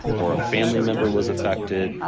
or a family member was affected,